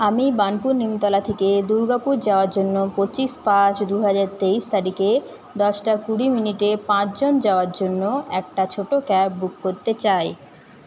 আমি বার্নপুর নিমতলা থেকে দুর্গাপুর যাওয়ার জন্য পঁচিশ পাঁচ দুহাজার তেইশ তারিখে দশটা কুড়ি মিনিটে পাঁচজন যাওয়ার জন্য একটা ছোটো ক্যাব বুক করতে চাই